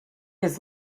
his